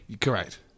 Correct